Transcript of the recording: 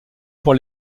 pour